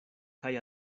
kaj